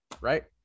Right